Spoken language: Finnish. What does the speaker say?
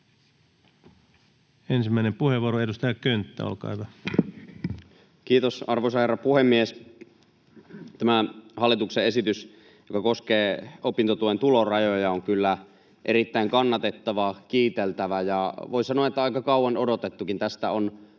suuntaan ja parannetaan juoksua. Kiitos, arvoisa herra puhemies! Tämä hallituksen esitys, joka koskee opintotuen tulorajoja, on kyllä erittäin kannatettava, kiiteltävä, ja voi sanoa, että aika kauan odotettukin — tästä on